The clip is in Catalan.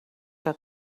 que